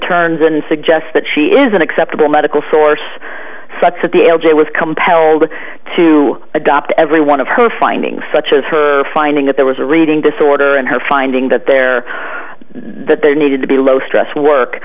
turns and suggests that she is an acceptable medical source such as the l j was compelled to adopt every one of her findings such as her finding that there was a reading disorder and her finding that there that there needed to be low stress work